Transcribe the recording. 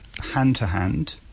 hand-to-hand